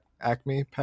Acme